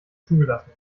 zugelassen